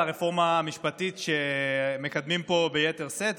הרפורמה המשפטית שמקדמים פה ביתר שאת,